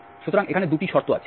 সুতরাং এখানে 2 টি শর্ত আছে